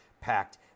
packed